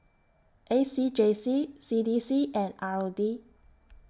A C J C C D C and R O D